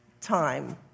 time